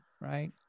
right